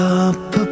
up